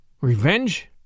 Revenge